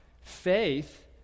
Faith